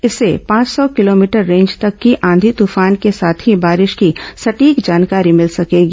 इससे पांच सौ किलोमीटर रेंज तक की आंधी तूफान के साथ ही बारिश की सटीक जानकारी मिल सकेगी